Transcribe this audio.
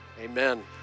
Amen